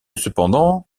cependant